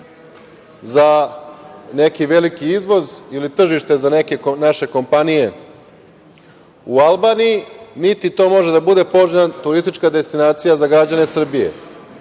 za neki veliki izvoz ili tržište za neke naše kompanije u Albaniji, niti to može da bude poželjna turistička destinacija za građane Srbije,